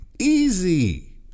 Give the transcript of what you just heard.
Easy